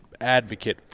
advocate